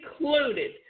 included